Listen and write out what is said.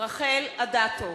מצביע דניאל